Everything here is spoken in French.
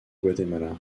guatemala